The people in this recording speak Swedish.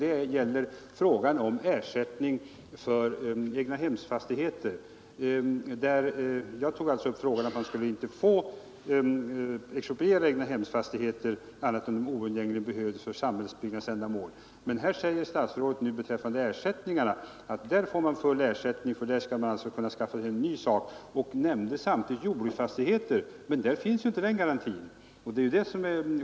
Den gäller frågan om ersättning för egnahemsfastigheter. Jag tog upp frågan att man inte skulle få expropriera egnahemsfastigheter annat än om de oundgängligen behövdes för samhällsbyggnadsändamål. Nu säger statsrådet att man i vissa fall får full ersättning så att man skall kunna skaffa sig en ny sak och nämner samtidigt jordbruksfastigheter. Men när det gäller jordbruksfastigheter finns ju inte någon sådan garanti.